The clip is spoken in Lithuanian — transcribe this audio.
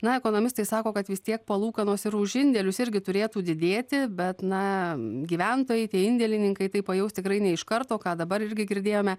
na ekonomistai sako kad vis tiek palūkanos ir už indėlius irgi turėtų didėti bet na gyventojai tie indėlininkai tai pajaus tikrai ne iš karto ką dabar irgi girdėjome